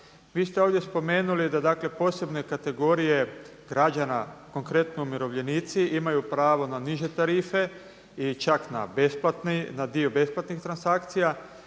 Vi ste ovdje spomenuli da dakle posebne kategorije građana, konkretno umirovljenici imaju pravo na niže tarife i čak na besplatni, na dio